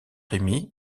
rémi